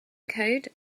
code